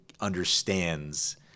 understands